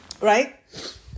right